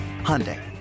Hyundai